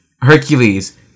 Hercules